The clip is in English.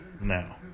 now